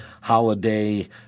holiday